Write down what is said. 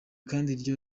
kandi